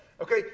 Okay